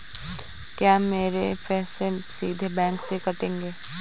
क्या मेरे पैसे सीधे बैंक से कटेंगे?